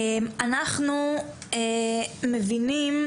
אנחנו מבינים,